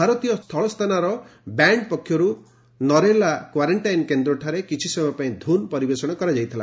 ଭାରତୀୟ ସ୍ଥଳସେନାର ବ୍ୟାଣ୍ଡ ପକ୍ଷରୁ ନରେଲା କ୍ୱାରେକ୍ଷାଇନ କେନ୍ଦ୍ରଠାରେ କିଛି ସମୟ ପାଇଁ ଧୃନ୍ ପରିବେଷଣ କରାଯାଇଥିଲା